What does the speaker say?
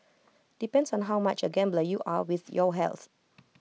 depends on how much A gambler you are with your health